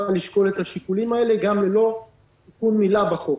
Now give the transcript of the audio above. לשקול את השיקולים האלה גם ללא תיקון מילה בחוק.